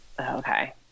okay